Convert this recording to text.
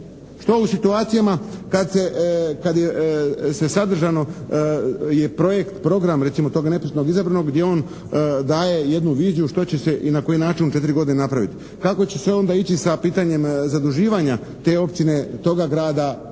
Što u situacijama kad se sadržano je projekt program recimo toga netočno izabranog gdje on daje jednu viziju što će se i na koji način u četiri godine napraviti? Kako će se onda ići sa pitanjem zaduživanja te općine, toga grada,